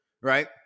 right